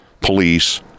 police